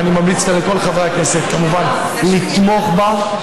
ואני ממליץ כאן לכל חברי הכנסת כמובן לתמוך בה.